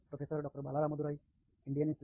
professor Bala नमस्कार